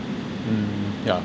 yeah